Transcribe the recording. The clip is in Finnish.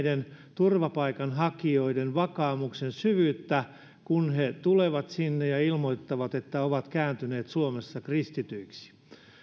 turvapaikanhakijoiden vakaumuksen syvyyttä kun he tulevat sinne ja ilmoittavat että ovat kääntyneet suomessa kristityiksi